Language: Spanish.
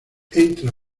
entra